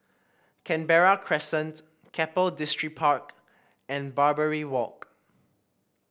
Canberra Crescent Keppel Distripark and Barbary Walk